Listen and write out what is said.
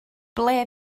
ble